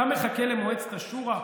אתה מחכה למועצת השורא?